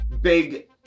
big